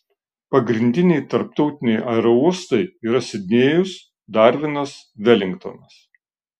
pagrindiniai tarptautiniai aerouostai yra sidnėjus darvinas velingtonas